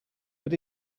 but